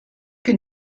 can